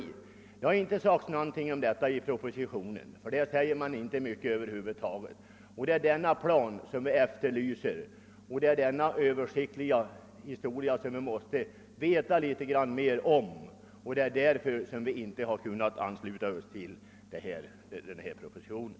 Men det har inte sagts någonting om detta i propositionen — där sägs det över huvud taget inte mycket. Det är denna översiktliga plan som vi efterlyser och måste få veta litet mer om, och det är därför vi inte kunnat ansluta oss till denna proposition.